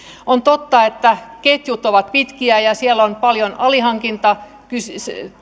on totta että ketjut ovat pitkiä ja siellä on paljon alihankintaketjuja